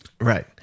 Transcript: Right